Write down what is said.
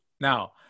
Now